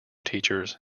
teachers